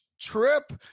trip